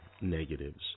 negatives